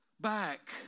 back